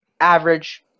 average